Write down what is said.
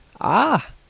Ah